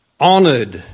honoured